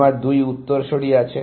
আমার দুই উত্তরসূরি আছে